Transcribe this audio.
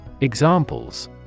Examples